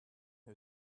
who